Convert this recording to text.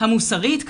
המוסרית,